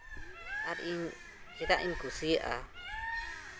ᱟᱨ ᱤᱧ ᱪᱮᱫᱟᱜ ᱤᱧ ᱠᱩᱥᱤᱭᱟᱜᱼᱟ